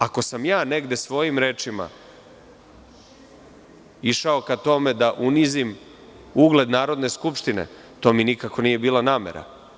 Ako sam ja negde svojim rečima išao prema tome da unizim ugled Narodne skupštine, to mi nikako nije bila namera.